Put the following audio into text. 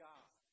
God